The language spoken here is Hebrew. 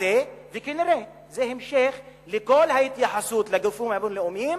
וכנראה זה המשך לכל ההתייחסות לגופים הבין-לאומיים,